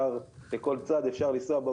מכל צד אפשר לנסוע בו,